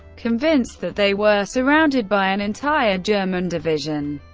convinced that they were surrounded by an entire german division,